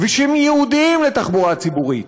כבישים ייעודיים לתחבורה ציבורית,